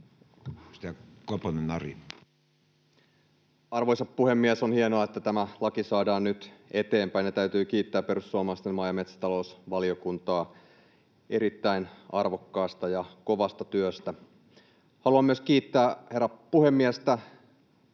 Arvoisa puhemies! On hienoa, että tämä laki saadaan nyt eteenpäin, ja täytyy kiittää maa- ja metsätalousvaliokunnan perussuomalaisia erittäin arvokkaasta ja kovasta työstä. Haluan myös kiittää herra puhemiestä,